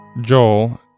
Joel